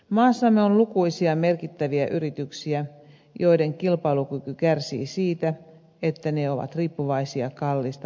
maassamme on lukuisia merkittäviä yrityksiä joiden kilpailukyky kärsii siitä että ne ovat riippuvaisia kalliista markkinasähköstä